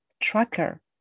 tracker